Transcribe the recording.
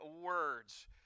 words